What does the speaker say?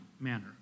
manner